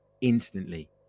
instantly